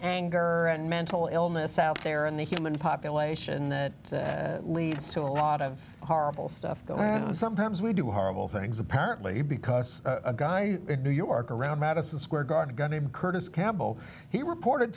anger and mental illness out there in the human population that leads to a lot of horrible stuff going on sometimes we do horrible things apparently because a guy in new york around madison square garden guy named curtis campbell he reported